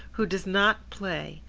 who does not play,